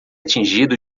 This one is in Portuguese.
tingido